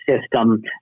system